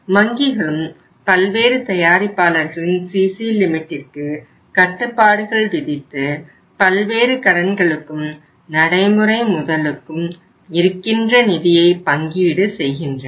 வங்கிகளும் பல்வேறு தயாரிப்பாளர்களின் CC லிமிட்டிற்கு கட்டுப்பாடுகள் விதித்து பல்வேறு கடன்களுக்கும் நடைமுறை முதலுக்கும் இருக்கின்ற நிதியை பங்கீடு செய்கின்றன